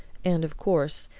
and of course,